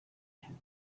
him